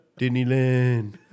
Disneyland